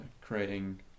creating